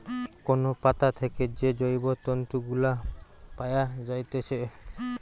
কোন পাতা থেকে যে জৈব তন্তু গুলা পায়া যাইতেছে